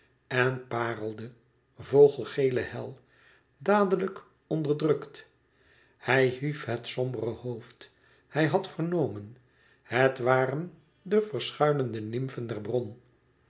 en parelde vogele hel dadelijk onderdrukt hij hief het sombere hoofd hij had vernomen het waren de zich verschuilende nymfen der bron